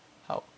好